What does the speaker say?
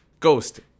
Ghost